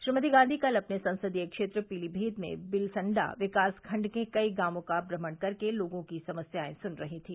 श्रीमती गांधी कल अपने संसदीय क्षेत्र पीलीभीत में बिलसंडा विकास खंड के कई गांवों का भ्रमण कर के लोगों की समस्यायें सुन रहीं थीं